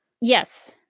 Yes